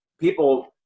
people